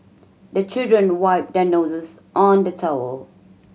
the children wipe their noses on the towel